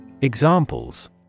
Examples